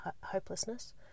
hopelessness